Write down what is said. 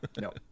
No